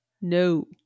no